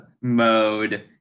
mode